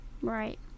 right